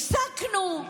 הפסקנו,